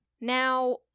Now